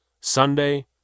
Sunday